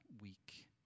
week